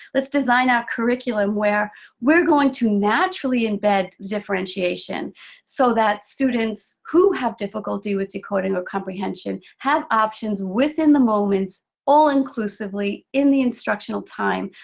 let's design our curriculum where we're going to naturally embed differentiation so that students who have difficulty with decoding or comprehension have options within the moment, all inclusively, in the instructional time,